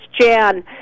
Jan